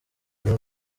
uyu